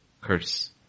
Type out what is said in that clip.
curse